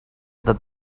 that